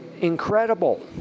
incredible